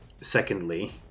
secondly